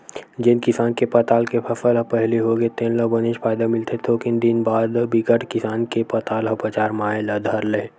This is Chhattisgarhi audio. जेन किसान के पताल के फसल ह पहिली होगे तेन ल बनेच फायदा मिलथे थोकिन दिन बाद बिकट किसान के पताल ह बजार म आए ल धर लेथे